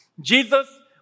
Jesus